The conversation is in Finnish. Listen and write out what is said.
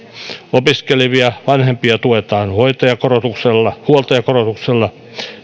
opiskelevia vanhempia tuetaan huoltajakorotuksella huoltajakorotuksella